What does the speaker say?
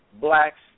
blacks